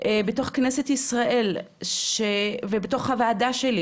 בתוך כנסת ישראל ובוועדה שלי,